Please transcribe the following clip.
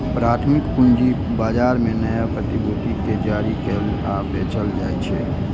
प्राथमिक पूंजी बाजार मे नया प्रतिभूति कें जारी कैल आ बेचल जाइ छै